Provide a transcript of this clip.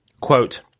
Quote